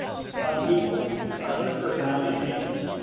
some people their personality changes,